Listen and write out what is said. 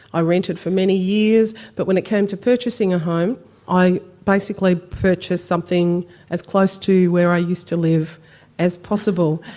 i rented for many years but when it came to purchasing a home i basically purchased something as close to where i used to live as possible.